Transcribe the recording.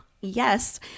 Yes